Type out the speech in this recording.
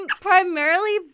primarily